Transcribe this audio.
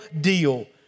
deal